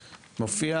בוודאי.